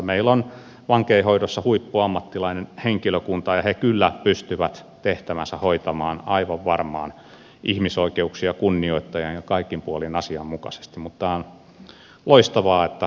meillä on vankeinhoidossa huippuammattimainen henkilökunta ja he kyllä pystyvät tehtävänsä hoitamaan aivan varmaan ihmisoikeuksia kunnioittaen ja kaikin puolin asianmukaisesti mutta on loistavaa että tähän päädyttiin